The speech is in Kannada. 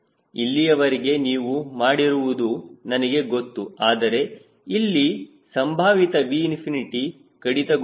ಇಲ್ಲಿಯವರೆಗೆ ನೀವು ಮಾಡಿರುವುದು ನನಗೆ ಗೊತ್ತು ಆದರೆ ಇಲ್ಲಿ ಸಂಭಾವಿತ 𝑉ꝏ ಕಡಿತಗೊಂಡಿದೆ